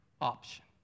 option